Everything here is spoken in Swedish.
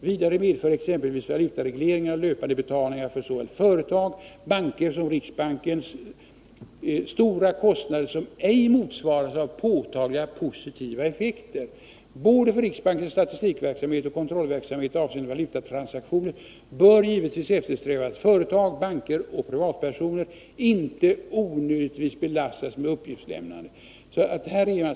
Vidare medför exempelvis valutaregleringen av löpande betalningar för såväl företag, banker som riksbanken stora kostnader som ej motsvaras av påtagliga positiva effekter. Både för riksbankens statistikverksamhet och kontrollverksamhet avseende valutatransaktioner bör givetvis eftersträvas att företag, banker och privatpersoner inte onödigtvis belastas med uppgiftslämnande.